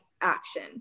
action